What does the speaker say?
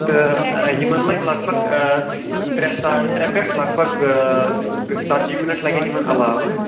تہٕ یِمَن لَگہِ لگ بگ ترٛےٚ ساڑٕ ترٛےٚ پٮ۪ٹھ لگ بگ ژَتجی مِنٛٹ لگن یِمن علاوٕ